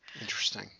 Interesting